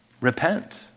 Repent